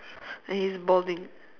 and he is balding